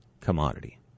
commodity